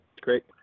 great